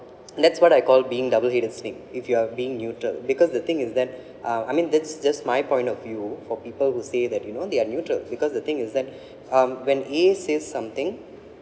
that's what I call being double headed snake if you are being neutral because the thing is that uh I mean that's just my point of view for people who say that you know they are neutral because the thing is that um when A says something